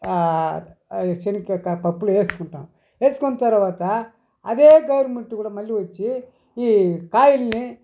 చెనిక్కాయ పప్పులో వేసుకుంటాము వేసుకున్న తర్వాత అదే గవర్నమెంట్ కూడా మళ్ళీ వచ్చి ఈ కాయల్ని